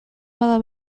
bada